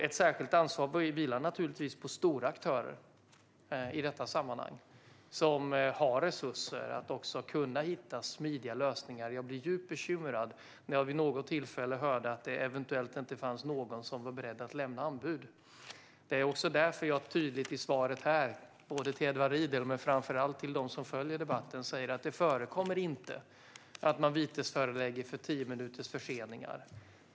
Ett särskilt ansvar vilar naturligtvis på stora aktörer i detta sammanhang som har resurser att kunna hitta smidiga lösningar. Jag blev djupt bekymrad när jag vid något tillfälle hörde att det eventuellt inte fanns någon som var beredd att lämna anbud. Det är också därför jag tydligt i svaret här både till Edward Riedl och framför allt till dem som följer debatten säger att det inte förekommer att man vitesförelägger för förseningar på tio minuter.